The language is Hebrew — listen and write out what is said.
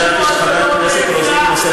להזכיר לחברת הכנסת מיכל רוזין שהיא